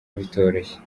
bitoroshye